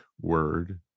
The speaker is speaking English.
word